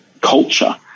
culture